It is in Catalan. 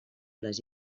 les